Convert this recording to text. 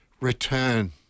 Return